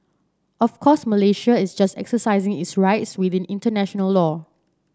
of course Malaysia is just exercising its rights within international law